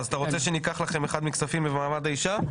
אז אתה רוצה שניקח לכם אחד מכספים למעמד האישה?